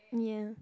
ya